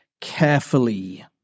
carefully